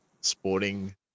sporting